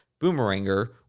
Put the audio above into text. boomeranger